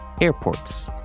airports